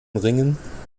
ringen